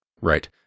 Right